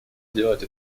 делать